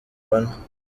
bane